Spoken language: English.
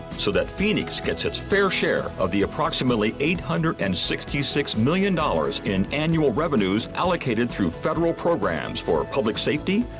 so that phoenix gets its fair share of the approximately eight hundred and sixty six million dollars in annual revenues allocated through federal programs for public safety,